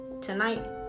tonight